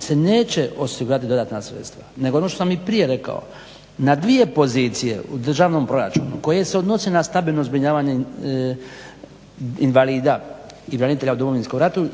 se neće osigurati dodatna sredstva nego ono što sam i prije rekao, na dvije pozicije u državnom proračunu koje se odnose na stambeno zbrinjavanje invalida i branitelja u Domovinskom ratu